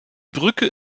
brücke